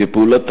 כ"פעולת תגמול"